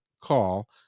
call